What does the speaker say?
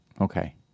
Okay